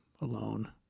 alone